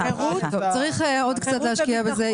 צריך עוד קצת להשקיע בזה.